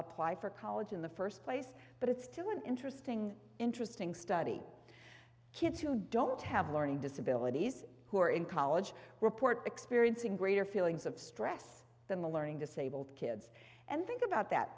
apply for college in the first place but it's still an interesting interesting study kids who don't have learning disabilities who are in college report experiencing greater feelings of stress than the learning disabled kids and think about that